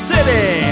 City